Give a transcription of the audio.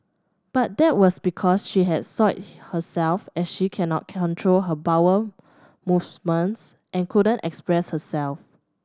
but that was because she had soiled herself as she cannot control her bowel movements and couldn't express herself